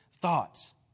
thoughts